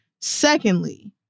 Secondly